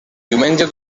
diumenge